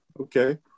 okay